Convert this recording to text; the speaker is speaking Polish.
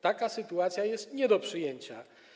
Taka sytuacja jest nie do przyjęcia.